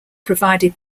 provided